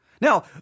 Now